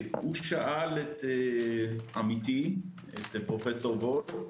הוא שאל את עמיתי פרופ' וולף,